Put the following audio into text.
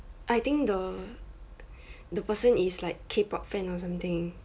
I think the the person is like K pop fan or something